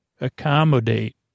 Accommodate